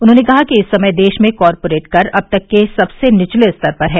उन्हॉने कहा कि इस समय देश में कॉरपोरेट कर अब तक के सबसे निचले स्तर पर है